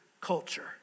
culture